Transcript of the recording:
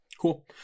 Cool